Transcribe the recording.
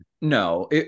No